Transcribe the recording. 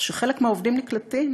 חלק מהעובדים נקלטים,